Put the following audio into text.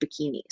bikinis